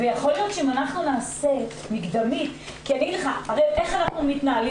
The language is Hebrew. יכול להיות שאם אנחנו נעשה בדיקה מקדמית הרי איך אנחנו מתנהלים